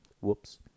Whoops